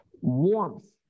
warmth